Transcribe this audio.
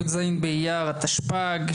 י"ז באייר התשפ"ג,